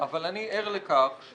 אז